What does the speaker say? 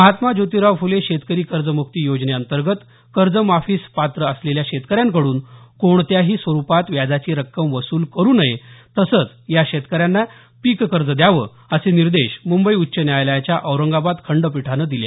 महात्मा ज्योतिराव फुले शेतकरी कर्जमुक्ती योजनेअंतर्गत कर्ज माफीस पात्र असलेल्या शेतकऱ्यांकड्रन कोणत्याही स्वरूपात व्याजाची रक्कम वसूल करू नये तसेच या शेतकऱ्यांना पिक कर्ज द्यावे असे निर्देश मुंबई उच्च न्यायालयाच्या औरंगाबाद खंडपीठानं दिले